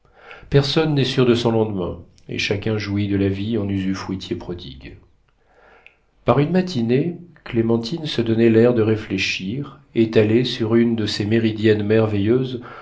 personne n'est sûr de son lendemain et chacun jouit de la vie en usufruitier prodigue par une matinée clémentine se donnait l'air de réfléchir étalée sur une de ces méridiennes merveilleuses